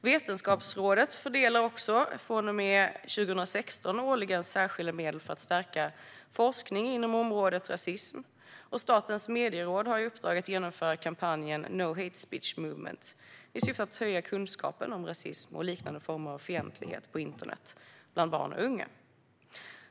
Vetenskapsrådet fördelar också från och med 2016 årligen särskilda medel för att stärka forskning inom området rasism, och Statens medieråd har i uppdrag att genomföra kampanjen No Hate Speech Movement i syfte att höja kunskapen om rasism och liknande former av fientlighet på internet bland barn och unga.